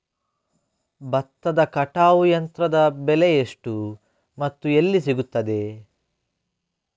ಭತ್ತದ ಕಟಾವು ಯಂತ್ರದ ಬೆಲೆ ಎಷ್ಟು ಮತ್ತು ಎಲ್ಲಿ ಸಿಗುತ್ತದೆ?